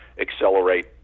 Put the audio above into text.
accelerate